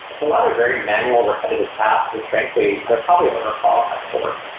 it's a lot of very manual repetitive tasks. and frankly, they're probably over qualified for.